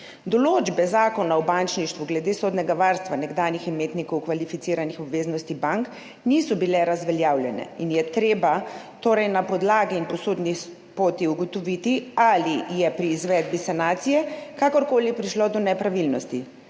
Določbe Zakona o bančništvu glede sodnega varstva nekdanjih imetnikov kvalificiranih obveznosti bank niso bile razveljavljene in je treba torej na podlagi in po sodni poti ugotoviti, ali je pri izvedbi sanacije kakorkoli prišlo do nepravilnosti.